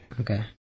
okay